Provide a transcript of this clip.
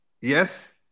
Yes